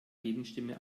gegenstimme